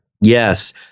Yes